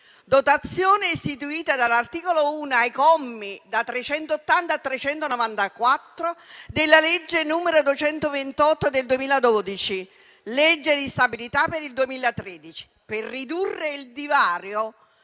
dotazione istituita dall'articolo 1, commi da 380 a 394, della legge n. 228 del 2012 (legge di stabilità per il 2013), per ridurre il divario